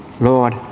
Lord